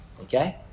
Okay